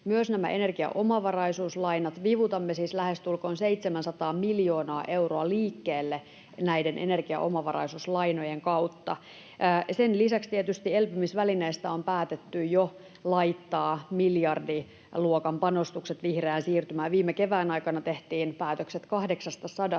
myös nämä energiaomavaraisuuslainat. Vivutamme siis lähestulkoon 700 miljoonaa euroa liikkeelle näiden energiaomavaraisuuslainojen kautta. Sen lisäksi tietysti elpymisvälineestä on päätetty jo laittaa miljardiluokan panostukset vihreään siirtymään. Viime kevään aikana tehtiin päätökset 800